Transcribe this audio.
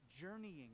journeying